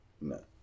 No